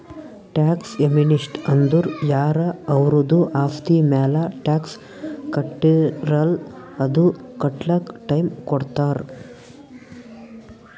tax amnesty ಅಂದುರ್ ಯಾರ ಅವರ್ದು ಆಸ್ತಿ ಮ್ಯಾಲ ಟ್ಯಾಕ್ಸ್ ಕಟ್ಟಿರಲ್ಲ್ ಅದು ಕಟ್ಲಕ್ ಟೈಮ್ ಕೊಡ್ತಾರ್